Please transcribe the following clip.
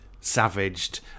savaged